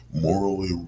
morally